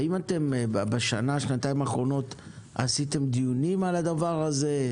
האם בשנה-שנתיים האחרונות עשיתם דיונים על הדבר הזה?